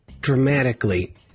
dramatically